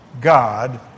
God